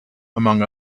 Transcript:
among